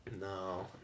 No